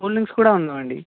cool drinks కూడా ఉన్నాయండి